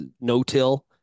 no-till